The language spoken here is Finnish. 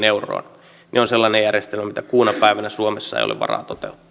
euroa on sellainen järjestelmä mitä kuuna päivänä suomessa ei ole varaa toteuttaa